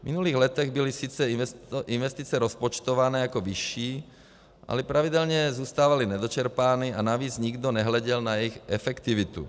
V minulých letech byly sice investice rozpočtované jako vyšší, ale pravidelně zůstávaly nedočerpávány a navíc nikdo nehleděl na jejich efektivitu.